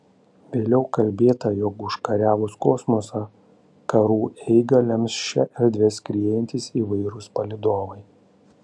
vėliau kalbėta jog užkariavus kosmosą karų eigą lems šia erdve skriejantys įvairūs palydovai